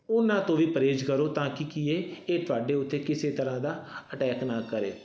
ਉਹਨਾਂ ਤੋਂ ਵੀ ਪਰਹੇਜ਼ ਕਰੋ ਤਾਂ ਕਿ ਕੀ ਹੈ ਇਹ ਤੁਹਾਡੇ ਉਤੇ ਕਿਸੇ ਤਰ੍ਹਾਂ ਦਾ ਅਟੈਕ ਨਾ ਕਰੇ